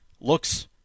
looks